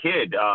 kid